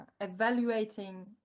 evaluating